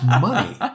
money